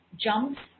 jumps